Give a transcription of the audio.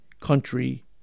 country